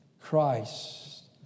Christ